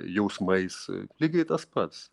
jausmais lygiai tas pats